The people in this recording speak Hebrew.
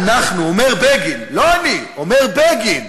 "אנחנו" אומר בגין, לא אני, אומר בגין,